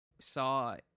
saw